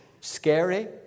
Scary